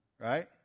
right